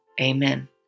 Amen